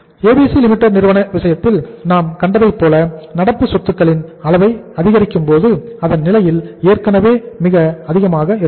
ABC Limited நிறுவன விஷயத்தில் நாம் கண்டதைப் போல நடப்பு சொத்துக்களின் அளவை அதிகரிக்கும் போது அதன் நிலையில் ஏற்கனவே மிக அதிகமாக இருந்தது